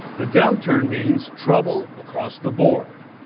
the downturn means trouble across the board.